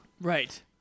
Right